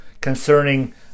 concerning